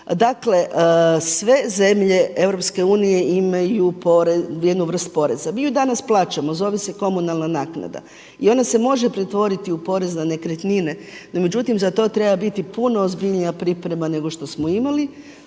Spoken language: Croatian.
Dakle, sve zemlje Europske unije imaju jednu vrstu poreza. Mi ju danas plaćamo. Zove se komunalna naknada i ona se može pretvoriti u porez na nekretnine. No međutim, za to treba biti puno ozbiljnija priprema, nego što smo imali.